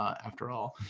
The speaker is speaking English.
after all.